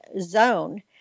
zone